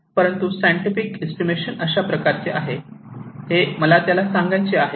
परंतु scientific estimation अशा प्रकारचे आहे हे मला त्याला सांगायचं आहे